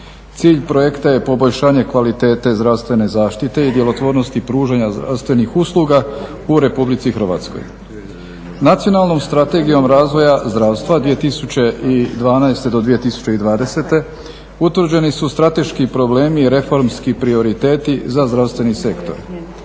Cilj projekta je poboljšanje kvalitete zdravstvene zaštite i djelotvornosti pružanja zdravstvenih usluga u RH. Nacionalnom strategijom razvoja zdravstva 2012.-2020. utvrđeni su strateški problemi i reformski prioriteti za zdravstveni sektor.